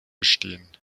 bestehen